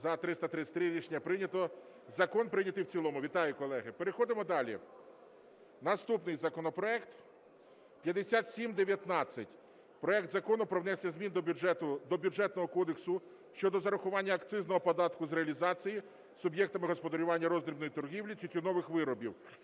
За-333 Рішення прийнято. Закон прийнятий в цілому. Вітаю, колеги. Переходимо далі. Наступний законопроект 5719 (проект Закону про внесення змін до Бюджетного кодексу щодо зарахування акцизного податку з реалізації суб’єктами господарювання роздрібної торгівлі тютюнових виробів).